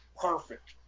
perfect